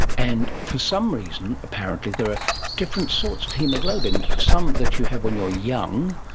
and for some reason apparently there are different sorts of haemoglobin, some that you have when you are young,